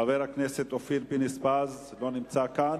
חבר הכנסת אופיר פינס-פז, לא נמצא כאן,